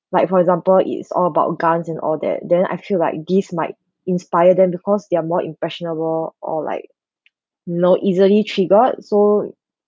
like for example it's all about guns and all that then I feel like this might inspire them because they're more impressionable or like you know easily triggered so